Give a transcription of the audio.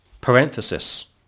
Parenthesis